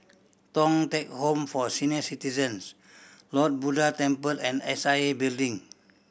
Thong Teck Home for Senior Citizens Lord Buddha Temple and S I A Building